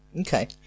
Okay